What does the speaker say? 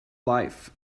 life